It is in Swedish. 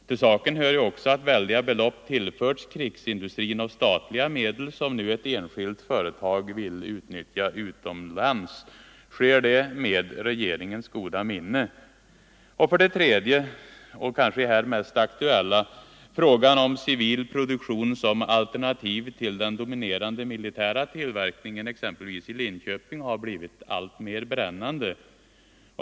Till saken hör också att väldiga belopp tillförts krigsindustrin av statliga medel, som ett enskilt företag nu vill utnyttja utomlands. Sker det med regeringens goda minne? 3. Det kanske mest aktuella är att frågan om civil produktion som alternativ till den dominerande militära tillverkningen, exempelvis i Linköping, har blivit allt mer brännande.